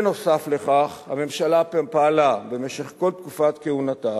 נוסף על כך, הממשלה פעלה במשך כל תקופת כהונתה